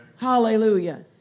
Hallelujah